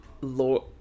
Lord